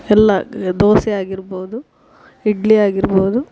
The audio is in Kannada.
ಎಲ್ಲ ದೋಸೆ ಆಗಿರ್ಬೌದು ಇಡ್ಲಿ ಆಗಿರ್ಬೌದು